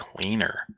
cleaner